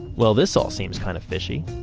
well, this all seems kind of fishy.